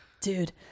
Dude